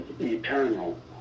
eternal